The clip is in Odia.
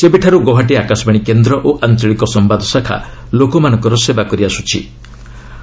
ସେବେଠାରୁ ଗୌହାଟୀ ଆକାଶବାଣୀ କେନ୍ଦ୍ର ଓ ଆଞ୍ଚଳିକ ସମ୍ଭାଦ ଶାଖା ଲୋକମାନଙ୍କର ସେବା କରିଆସ୍ରଚ୍ଚନ୍ତି